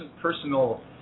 personal